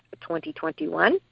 2021